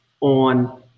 on